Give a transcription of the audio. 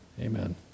Amen